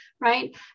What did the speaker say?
right